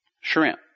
Shrimp